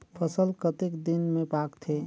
फसल कतेक दिन मे पाकथे?